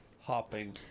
hopping